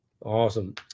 Awesome